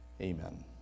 Amen